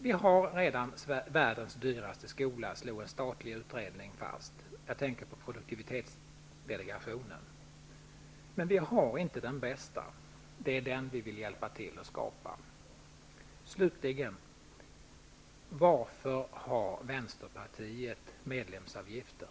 Vi har redan världens dyraste skola, slog en statlig utredning fast, nämligen produktivitetsdelegationen. Men vi har inte den bästa skolan. Det är den vi vill hjälpa till att skapa. Slutligen: Varför har Vänsterpartiet medlemsavgifter?